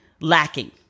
lacking